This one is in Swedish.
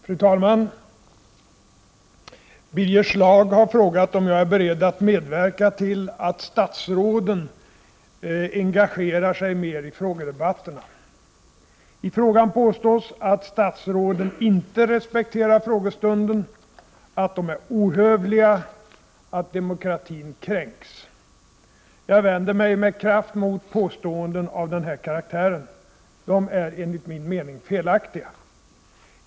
Fru talman! Birger Schlaug har frågat mig om jag är beredd att medverka till att statsråden engagerar sig mer i frågedebatterna. I frågan påstås att statsråden inte respekterar frågestunden, att de är ohövliga och att demokratin kränks. Jag vänder mig med kraft mot påståenden av den här karaktären. De är enligt min mening felaktiga.